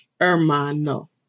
Hermano